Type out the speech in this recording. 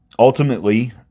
Ultimately